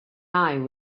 eye